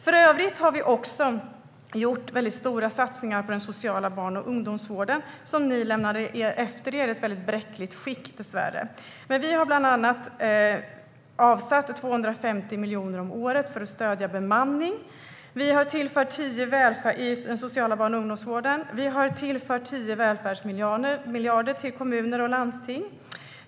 För övrigt har vi gjort stora satsningar på den sociala barn och ungdomsvården, som ni dessvärre lämnade efter er i ett bräckligt skick. Vi har bland annat avsatt 250 miljoner om året för att stödja bemanningen i den sociala barn och ungdomsvården. Vi har tillfört 10 välfärdsmiljarder till kommuner och landsting.